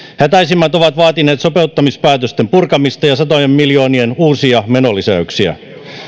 hätäisimmät ovat vaatineet sopeuttamispäätösten purkamista ja satojen miljoonien uusia menolisäyksiä